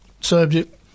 subject